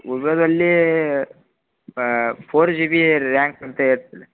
ಮೊಬೈಲಲ್ಲೀ four G B rank ಅಂತ ಇರ್ತದೆ